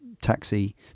taxi